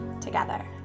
together